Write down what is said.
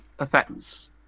effects